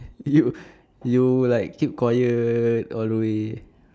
you you like keep quiet all the way